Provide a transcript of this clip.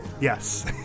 Yes